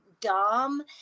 dumb